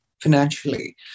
financially